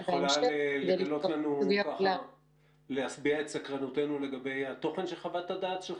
יכולה לגלות לנו ולהשביע את סקרנותנו לגבי התוכן של חוות הדעת שלכם?